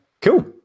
Cool